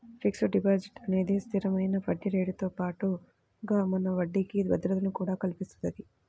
fixed deposit అనేది స్థిరమైన వడ్డీరేటుతో పాటుగా మన డబ్బుకి భద్రతను కూడా కల్పిత్తది